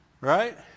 Right